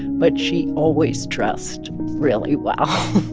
but she always dressed really well